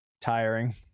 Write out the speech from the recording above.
tiring